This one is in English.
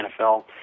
NFL